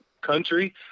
country